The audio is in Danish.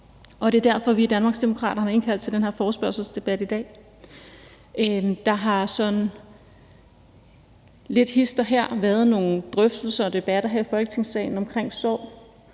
Det er derfor, vi i Danmarksdemokraterne har indkaldt til den her forespørgselsdebat i dag. Der har sådan lidt hist og her været nogle drøftelser og debatter her i Folketingssalen omkring sorg,